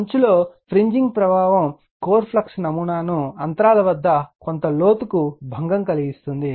అంచులో fringing ప్రభావం core flux నమూనాలను అంతరాల వద్ద కొంత లోతుకు భంగం కలిగిస్తుంది